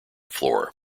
floor